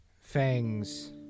fangs